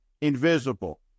invisible